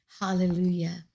Hallelujah